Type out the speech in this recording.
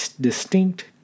distinct